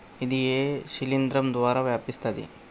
ఇది ఏ శిలింద్రం ద్వారా వ్యాపిస్తది?